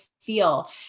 feel